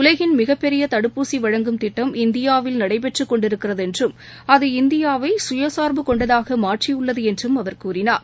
உலகின் மிகப்பெரிய தடுப்பூசி வழங்கும் திட்டம் இந்தியாவில் நடைபெற்றுக்கொண்டிருக்கிறது என்றும் அது இந்தியாவை தற்சார்பு கொண்டதாக மாற்றியுள்ளது என்றும் அவர் கூறினார்